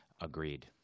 Agreed